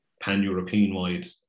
pan-european-wide